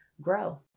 grow